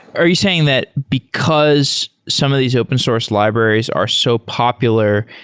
are you saying that because some of these open source libraries are so popular,